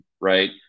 right